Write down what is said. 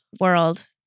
world